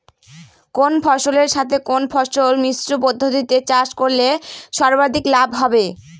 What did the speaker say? কোন ফসলের সাথে কোন ফসল মিশ্র পদ্ধতিতে চাষ করলে সর্বাধিক লাভ হবে?